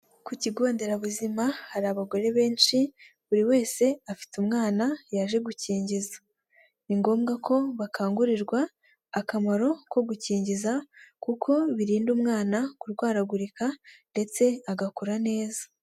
Ku kigo nderabuzima hari abagore benshi, buri wese afite umwana yaje gukingiza. Ni ngombwa ko bakangurirwa akamaro ko gukingiza, kuko birinda umwana kurwaragurika ndetse agakura neza.